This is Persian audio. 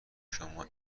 شما